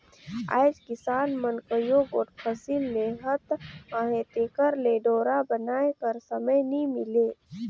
आएज किसान मन कइयो गोट फसिल लेहत अहे तेकर ले डोरा बनाए कर समे नी मिले